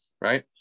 right